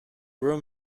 room